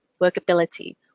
workability